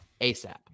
ASAP